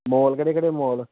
mall ਕਿਹੜੇ ਕਿਹੜੇ mall